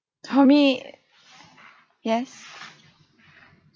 told me yes